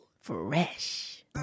Fresh